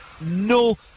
No